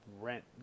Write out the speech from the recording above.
rent